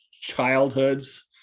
childhoods